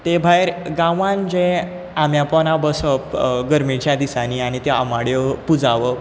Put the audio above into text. ते भायर गांवांत जें आंब्या पोंदा बसप गर्मेच्या दिसांनी आनी ते आमाड्यो पुंजावप